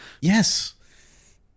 yes